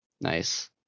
nice